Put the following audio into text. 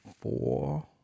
four